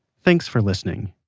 thanks for listening